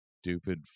stupid